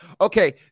Okay